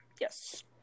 Yes